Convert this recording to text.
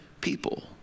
people